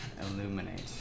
illuminate